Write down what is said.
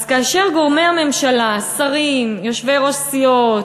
אז כאשר גורמי הממשלה, שרים, יושבי-ראש סיעות,